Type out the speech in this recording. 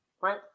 Right